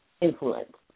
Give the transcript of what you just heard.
influence